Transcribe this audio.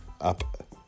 up